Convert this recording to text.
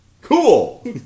Cool